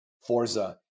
Forza